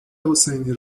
حسینی